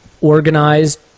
organized